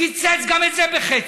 קיצץ גם את זה בחצי